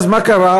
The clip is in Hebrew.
ואז מה קרה?